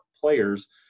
players